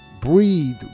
breathe